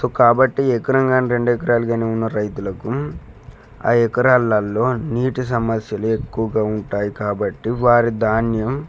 so కాబట్టి ఎకరం కానీ రెండు ఎకరాలు కానీ ఉన్న రైతులకు ఆ ఎకరాలలలో నీటి సమస్యలు ఎక్కువగా ఉంటాయి కాబట్టి వారి ధాన్యం